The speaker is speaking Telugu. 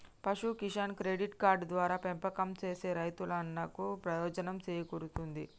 పశు కిసాన్ క్రెడిట్ కార్డు ద్వారా పెంపకం సేసే రైతన్నలకు ప్రయోజనం సేకూరుతుంది